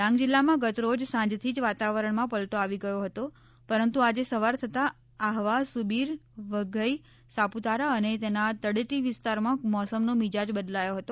ડાંગ જિલ્લામાં ગતરોજ સાંજથી જ વાતાવરણમાં પલટો આવી ગયો હતો પરંતુ આજે સવાર થતાં આહવા સુબીર વઘઇ સાપુતારા અને તેના તળેટી વિસ્તારમાં મોસમનો મિજાજ બદલાયો હતો